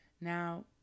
now